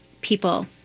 people